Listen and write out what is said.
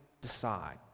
decide